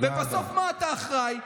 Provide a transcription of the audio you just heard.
בסוף למה אתה אחראי?